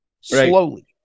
Slowly